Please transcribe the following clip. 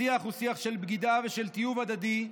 השיח הוא שיח של בגידה ושל תיעוב הדדי,